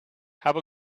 have